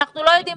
לכן יש